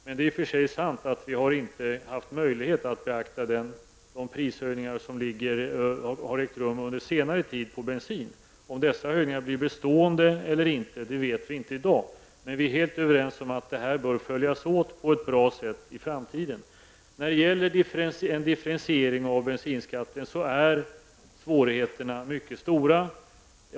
Men det är i och för sig sant att vi inte har haft möjligheten att beakta de prishöjningar på bensin som har ägt rum under senare tid. Om sådana höjningar blir bestående eller inte vet vi inte i dag, men vi är helt överens om att detta bör följas upp på ett bra sätt i framtiden. När det gäller en differentiering av bensinskatten är svårigheterna mycket stora.